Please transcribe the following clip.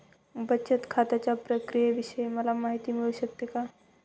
बचत खात्याच्या प्रक्रियेविषयी मला माहिती मिळू शकते का?